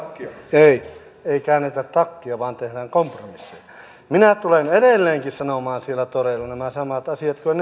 ei ei käännetä takkia vaan tehdään kompromisseja minä tulen edelleenkin sanomaan siellä toreilla nämä samat asiat kuin